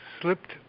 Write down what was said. slipped